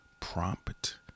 prompt